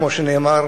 כמו שנאמר,